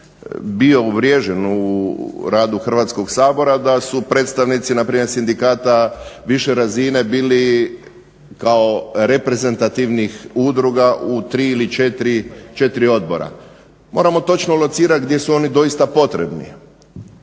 bio uvriježen u radu Hrvatskog sabora da su predstavnici npr. sindikata više razine bili kao reprezentativnih udruga u tri ili četiri odbora. Moramo točno locirati gdje su oni doista potrebni.